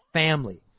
family